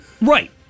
Right